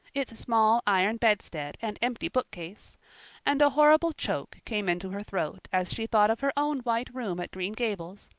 its small iron bedstead and empty book-case and a horrible choke came into her throat as she thought of her own white room at green gables,